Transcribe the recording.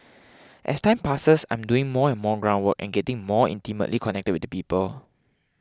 as time passes I'm doing more and more ground work and getting more intimately connected with the people